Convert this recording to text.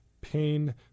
pain